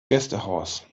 gästehaus